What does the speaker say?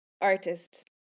artist